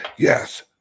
Yes